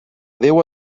déu